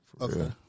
Okay